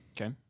okay